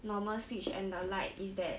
normal switch and the lite is that